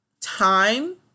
time